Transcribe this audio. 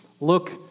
look